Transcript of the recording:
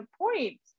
point